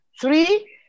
Three